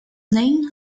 named